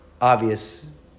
obvious